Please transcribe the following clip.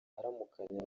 aramukanya